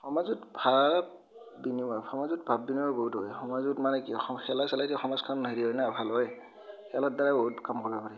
সমাজত ভাৱ বিনিময় সমাজত ভাৱ বিনিময় বহুত হয় সমাজত মানে কি খেলা চেলাইদি সমাজখন হেৰি হয় না ভাল হয় খেলৰ দ্বাৰাই বহুত কাম কৰিব পাৰি